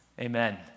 Amen